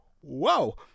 whoa